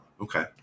Okay